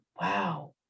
wow